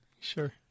Sure